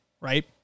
right